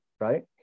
right